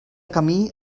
camí